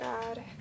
God